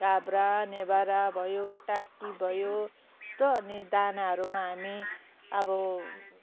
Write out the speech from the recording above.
काभ्रा नेभारा भयो टाँकी भयो त्यो अनि दानाहरूमा हामी अब